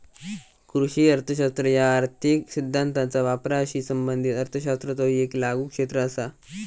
कृषी अर्थशास्त्र ह्या आर्थिक सिद्धांताचा वापराशी संबंधित अर्थशास्त्राचो येक लागू क्षेत्र असा